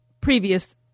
previous